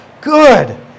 Good